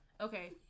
Okay